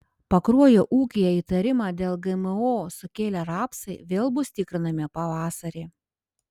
pakruojo ūkyje įtarimą dėl gmo sukėlę rapsai vėl bus tikrinami pavasarį